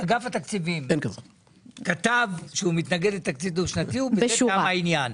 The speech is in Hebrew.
אגף התקציבים כתב שהוא מתנגד לתקציב דו שנתי ובזה תם העניין.